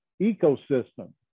ecosystem